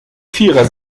vierer